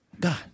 God